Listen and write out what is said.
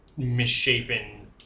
misshapen